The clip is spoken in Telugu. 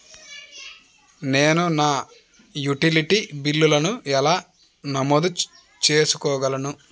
నేను నా యుటిలిటీ బిల్లులను ఎలా నమోదు చేసుకోగలను?